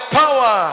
power